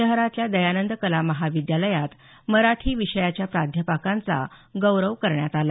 शहरातल्या दयानंद कला महाविद्यालयात मराठी विषयाच्या प्राध्यापकांचा गौरव करण्यात आला